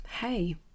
hey